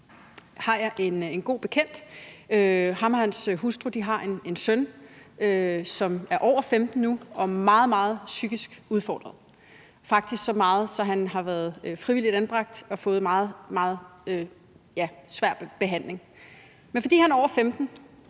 har en god bekendt, og han og hans hustru har en søn, som er over 15 år nu og er meget, meget psykisk udfordret, faktisk så meget, at han har været frivilligt anbragt og har fået meget, meget svær behandling. Men fordi han er over 15